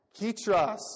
Ketras